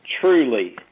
truly